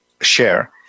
share